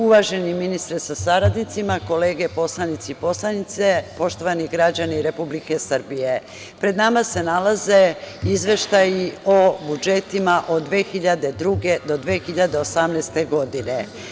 Uvaženi ministre sa saradnicima, kolege poslanici i poslanice, poštovani građani Republike Srbije, pred nama se nalaze izveštaji o budžetima od 2002. do 2018. godine.